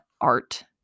art